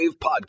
Podcast